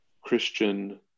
Christian